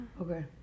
Okay